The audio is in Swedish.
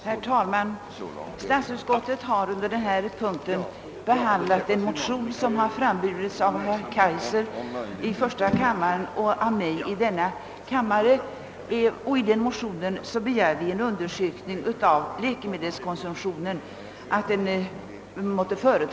Herr talman! Under punkten 14 i förevarande utlåtande' har statsutskottet bl. å. behandlat de två likalydande motionerna "I: 262, väckt i första kammaren äv herr Kaijser, och II: 297, väckt i denna kammare av mig och fru Kristensson.